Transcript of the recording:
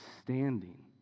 standing